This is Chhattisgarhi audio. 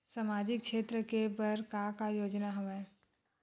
सामाजिक क्षेत्र के बर का का योजना हवय?